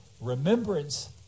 remembrance